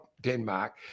Denmark